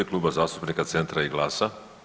Kluba zastupnika Centra i GLAS-a.